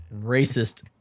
racist